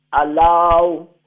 allow